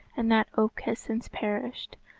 and that oak has since perished,